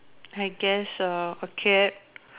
I guess a cat